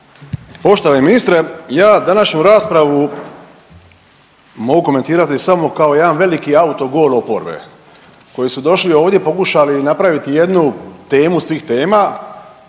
Poštovani ministre, ja današnju raspravu mogu komentirati samo kao jedan veliki autogol oporbe koji su došli ovdje, pokušali napraviti jednu temu svih tema,